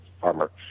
farmer